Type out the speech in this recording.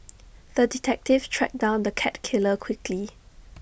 the detective tracked down the cat killer quickly